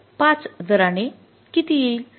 ५० दराने किती येईल